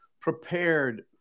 prepared